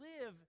live